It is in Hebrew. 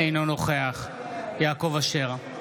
אינו נוכח יעקב אשר,